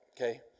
okay